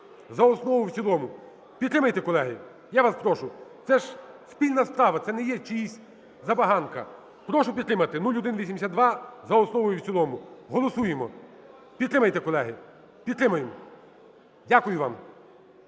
за основу і в цілому. Підтримайте, колеги, я вас прошу. Це ж спільна справа, це не є чиясь забаганка. Прошу підтримати, 0182 за основу і в цілому. Голосуємо, підтримайте, колеги, підтримаємо. Дякую вам.